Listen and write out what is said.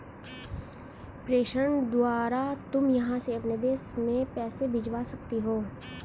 प्रेषण द्वारा तुम यहाँ से अपने देश में पैसे भिजवा सकती हो